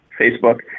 Facebook